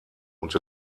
und